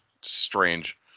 Strange